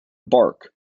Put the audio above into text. bark